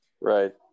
right